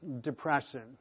depression